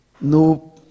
no